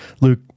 Luke